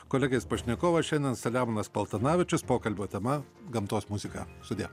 kolegės pašnekovas šiandien salemonas paltanavičius pokalbio tema gamtos muzika sudie